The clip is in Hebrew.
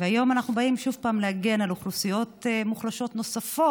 והיום אנחנו באים שוב להגן על אוכלוסיות מוחלשות נוספות